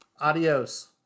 Adios